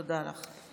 תודה לך.